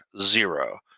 zero